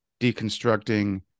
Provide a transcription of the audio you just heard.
deconstructing